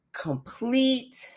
complete